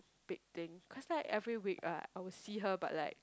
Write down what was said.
big thing cause like every week uh I will see her but like